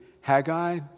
Haggai